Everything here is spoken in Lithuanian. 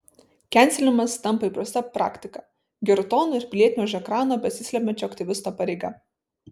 kenselinimas tampa įprasta praktika geru tonu ir pilietine už ekrano besislepiančio aktyvisto pareiga